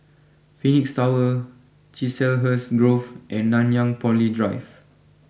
Phoenix Tower Chiselhurst Grove and Nanyang Poly Drive